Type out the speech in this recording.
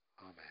Amen